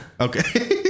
Okay